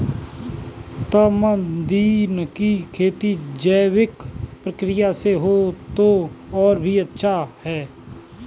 tamarind की खेती जैविक प्रक्रिया से हो तो और भी अच्छा